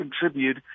contribute